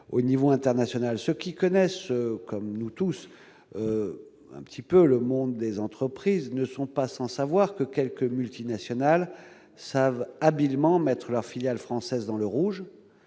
au niveau international, ce qui connaissent comme nous tous un petit peu le monde des entreprises ne sont pas sans savoir que quelques multinationales savent habilement mettre leurs filiales françaises dans le rouge